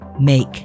Make